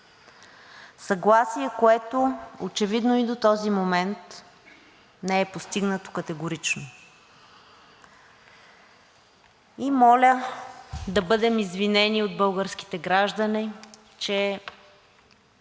съгласие, което очевидно и до този момент не е постигнато категорично, и моля да бъдем извинени от българските граждани, че